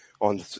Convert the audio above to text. on